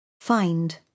Find